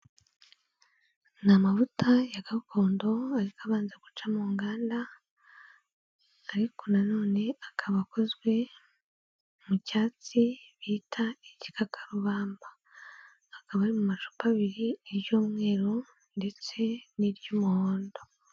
Ni amavuta ya gakondo ariko azabanza guca mu nganda, ariko na none akaba akozwe mu cyatsi bita igikakarubamba, akaba ari mu macupa abiri iry'umweru ndetse n'iry'umuhondo.